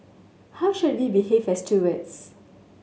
how should we behave as towards